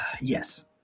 Yes